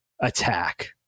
attack